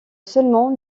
seulement